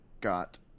got